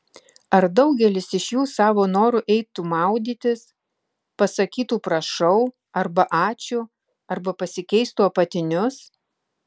ar daugelis iš jų savo noru eitų maudytis pasakytų prašau arba ačiū arba pasikeistų apatinius